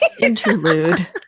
interlude